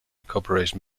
corporation